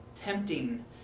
tempting